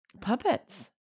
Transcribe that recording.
puppets